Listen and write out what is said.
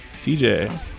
CJ